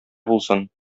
булсын